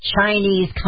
Chinese